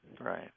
right